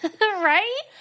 Right